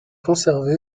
conservée